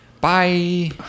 Bye